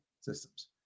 systems